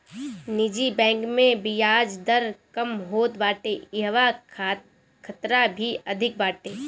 निजी बैंक में बियाज दर कम होत बाटे इहवा खतरा भी अधिका बाटे